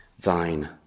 thine